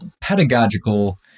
pedagogical